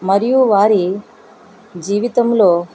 మరియు వారి జీవితంలో